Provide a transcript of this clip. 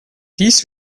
dies